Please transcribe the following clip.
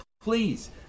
Please